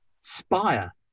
Spire